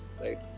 Right